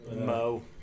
Mo